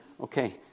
Okay